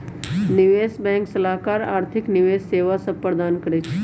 निवेश बैंक सलाहकार आर्थिक निवेश सेवा सभ प्रदान करइ छै